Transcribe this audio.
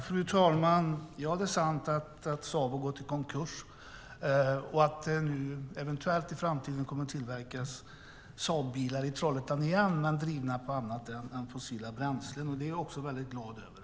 Fru talman! Ja, det är sant att Saab har gått i konkurs och att det i framtiden eventuellt åter kommer att tillverkas Saabbilar i Trollhättan men drivna på annat än fossila bränslen. Det är jag väldigt glad över.